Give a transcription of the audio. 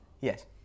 Yes